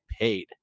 paid